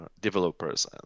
developers